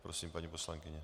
Prosím, paní poslankyně.